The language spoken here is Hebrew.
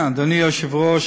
אדוני היושב-ראש,